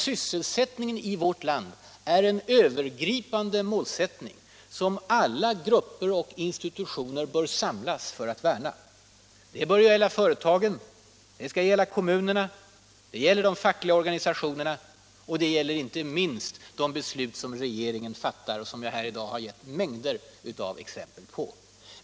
Sysselsättningen i vårt land är nämligen en övergripande målsättning, som alla grupper och institutioner bör samlas för att värna. Det bör gälla företagen, det skall gälla kommunerna, det gäller de fackliga organisationerna — och det gäller inte minst de beslut som regeringen fattar och som jag här i dag gett mängder av exempel på.